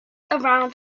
around